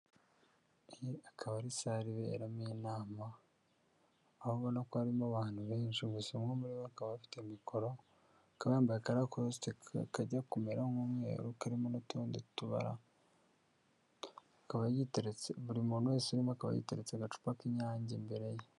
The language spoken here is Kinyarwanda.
Iyi akaba ari sale iberamo inama, aho ubona ko harimo abantu benshi, gusa umwe muri bo akaba afite mikoro, akaba yambaye akarakosite kajya kumera nk'umweru karimo n'utundi tubara, akaba yiteretse, buri muntu wese urimo akaba yiteretse agacupa k'inyange imbere ye.